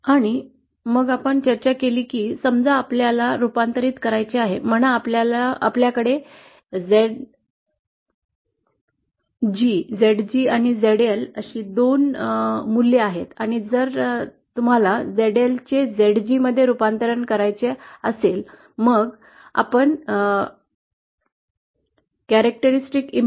आणि मग आपण चर्चा केली की समजा आपल्याला रूपांतरीत करायचे आहे म्हणा आपल्या कडे ZG आणि ZL अशी दोन मूल्ये आहेत आणि जर तुम्हाला ZL चे ZG मध्ये रूपांतर करायचे असेल मग आपण वैशिष्ट्यपूर्ण अडथळा Z0 rootZG